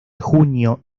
junio